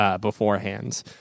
beforehand